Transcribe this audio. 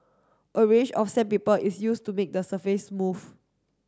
a range of sandpaper is used to make the surface smooth